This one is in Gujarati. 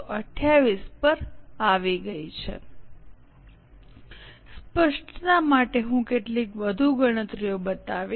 સ્લાઇડનો સંદર્ભ લો 2607 સ્પષ્ટતા માટે હું કેટલીક વધુ ગણતરીઓ બતાવીશ